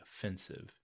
offensive